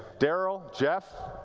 darryl, jeff.